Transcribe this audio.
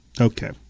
Okay